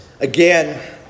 Again